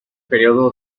periodo